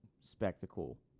spectacle